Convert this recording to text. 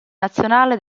nazionale